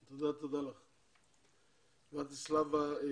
ולדיסלבה גנול,